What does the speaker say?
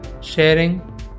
sharing